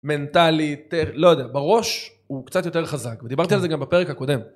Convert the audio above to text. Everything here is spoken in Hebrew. מנטלית, אה, לא יודע. בראש, הוא קצת יותר חזק. -כן. ודיברתי על זה גם בפרק הקודם.